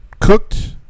cooked